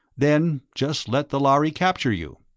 then just let the lhari capture you.